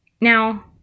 Now